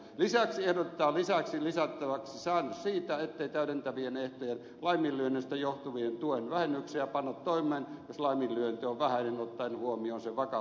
lakiin ehdotetaan lisäksi lisättäväksi säännös siitä ettei täydentävien ehtojen laiminlyönnistä johtuvia tuen vähennyksiä panna toimeen jos laiminlyönti on vähäinen ottaen huomioon sen vakavuus laajuus ja jatkuvuus